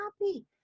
happy